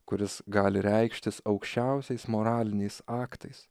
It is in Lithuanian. kuris gali reikštis aukščiausiais moraliniais aktais